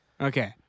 Okay